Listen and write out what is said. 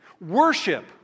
Worship